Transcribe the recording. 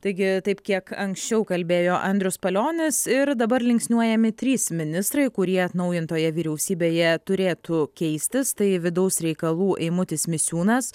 taigi taip kiek anksčiau kalbėjo andrius palionis ir dabar linksniuojami trys ministrai kurie atnaujintoje vyriausybėje turėtų keistis tai vidaus reikalų eimutis misiūnas